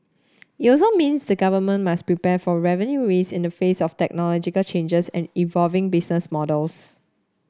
it also means the government must prepare for revenue risk in the face of technological changes and evolving business models